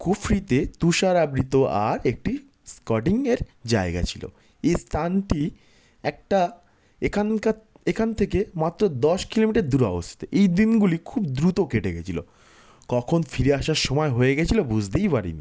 কুফরীতে তুষার আবৃত আর একটি স্কেটিংয়ের জায়গা ছিলো এই স্তানটি একটা এখানকার এখান থেকে মাত্র দশ কিলোমিটার দূরে অবস্থিত এই দিনগুলি খুব দ্রুত কেটে গেছিলো কখন ফিরে আসার সময় হয়ে গেছলো বুঝতেই পারি নি